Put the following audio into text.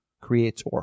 Creator